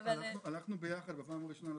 הלכנו ביחד בפעם הראשונה לסופר.